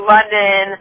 London